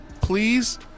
Please